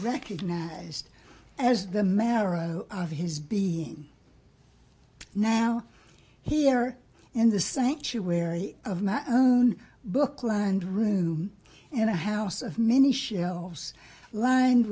recognised as the marrow of his being now here in the sanctuary of my book lined room and a house of many shelves lined